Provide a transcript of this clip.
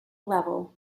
level